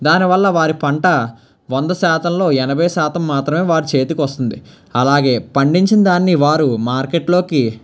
దానివల్ల వారి పంట వంద శాతంలో ఎనభై శాతం మాత్రమే వారిచేతికి వస్తుంది అలాగే పండించిన దాన్ని వారు మార్కెట్లోకి